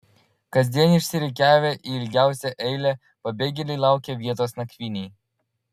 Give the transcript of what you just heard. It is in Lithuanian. kasdien išsirikiavę į ilgiausią eilę pabėgėliai laukia vietos nakvynei